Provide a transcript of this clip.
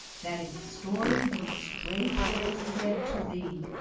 that its story be straightway said to thee.